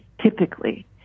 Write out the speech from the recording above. typically